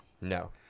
No